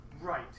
Right